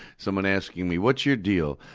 someone asking me, what's your deal?